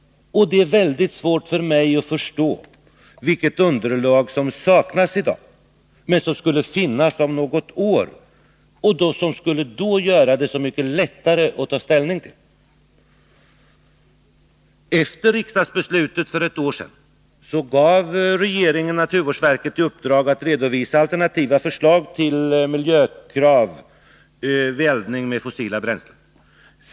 Det är mycket svårt för mig att förstå vilket underlag som saknas i dag, men som skulle finnas om något år och som då skulle göra det så mycket lättare att ta ställning. Efter riksdagsbeslutet för ett år sedan gav regeringen naturvårdsverket i uppdrag att redovisa alternativa förslag till miljökrav vid eldning med fossila bränslen.